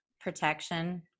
protection